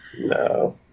No